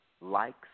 likes